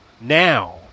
now